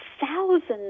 thousands